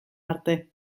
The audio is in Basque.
arte